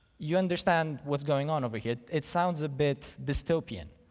you understand what's going on over here. it sounds a bit dystopian,